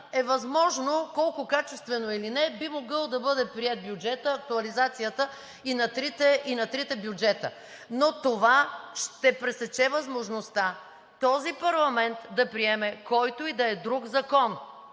е възможно. Колко качествено или не, бюджетът би могъл да бъде приет – актуализацията и на трите бюджета, но това ще пресече възможността този парламент да приеме който е да е друг закон.